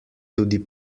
tudi